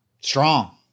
strong